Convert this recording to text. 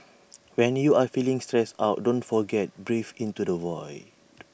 when you are feeling stressed out don't forget breathe into the void